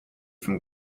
from